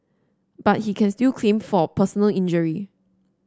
but he can still claim for personal injury